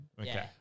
Okay